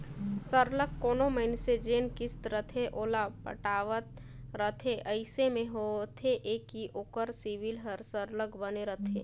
सरलग कोनो मइनसे जेन किस्त रहथे ओला पटावत रहथे अइसे में होथे ए कि ओकर सिविल हर सरलग बने रहथे